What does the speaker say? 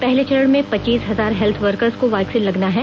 पहले चरण में पच्चीस हजार हेल्थ वर्कर्स को वैक्सीन लगना है